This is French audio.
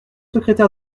secrétaire